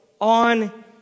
on